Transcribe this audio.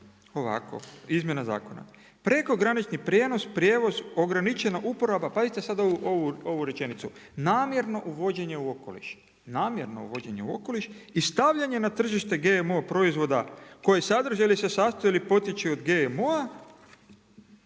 ovako izmjena zakona. „Prekogranični prijevoz ograničena uporaba“ pazite sad ovu rečenicu „namjerno uvođenje u okoliš, namjerno uvođenje u okoliš i stavljanje na tržište GMO proizvoda koje sadrže ili se sastoje ili potječu od GMO-a